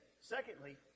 Secondly